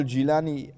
Jilani